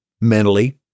mentally